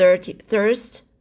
Thirst